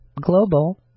global